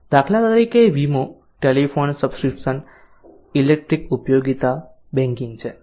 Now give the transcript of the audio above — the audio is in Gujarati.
દાખલા તરીકે વીમો ટેલિફોન સબ્સ્ક્રિપ્શન ઇલેક્ટ્રિક ઉપયોગિતા બેંકિંગ છે